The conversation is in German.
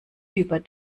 über